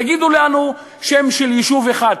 תגידו לנו שם של יישוב אחד.